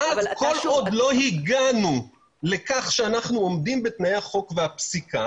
כל עוד לא הגענו למה שקבוע בחוק ובפסיקה